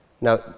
Now